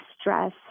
stress